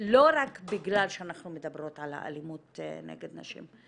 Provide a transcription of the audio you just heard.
רק בגלל שאנחנו מדברות על האלימות נגד נשים.